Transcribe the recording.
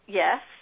yes